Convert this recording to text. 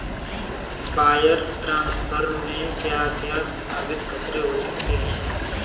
Wire transfer में क्या क्या संभावित खतरे हो सकते हैं?